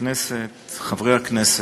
חברי הכנסת,